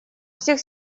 всех